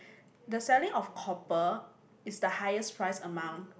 the selling of copper is the highest price among